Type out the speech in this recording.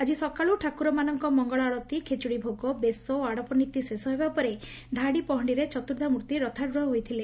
ଆକି ସକାଳୁ ଠାକୁରମାନଙ୍କ ମଙ୍ଗଳ ଆଳତୀ ଖେଚୁଡି ଭୋଗ ବେଶ ଓ ଆଡପ ନୀତି ଶେଷ ହେବା ପରେ ଧାଡିପହଖିରେ ଚତୁର୍ଦ୍ଧାମୂର୍ଭି ରଥାରୁଡ଼ ହୋଇଥିଲେ